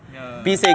ya ya